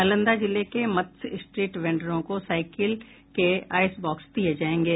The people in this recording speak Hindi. नालंदा जिले के मत्स्य स्ट्रीट वेंडरों को साइकिल के आइस बॉक्स दिये जायेंगे